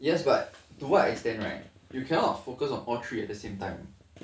yes but to what extent right you cannot focus on all three at the same time